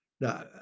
Now